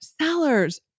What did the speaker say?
Sellers